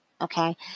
Okay